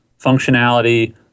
functionality